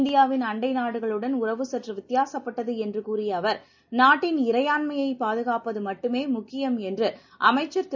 இந்தியாவின் அண்டை நாடுகளுடன் உறவு சற்று வித்தியாசுப்பட்டது என்று கூறிய அவர் நாட்டின் இறையாண்மையை பாதுகாப்பது மட்டுமே முக்கியம் என்று அமைச்சர் திரு